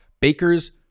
baker's